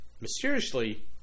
mysteriously